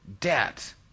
debt